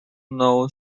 known